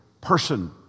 person